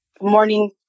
morning